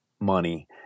money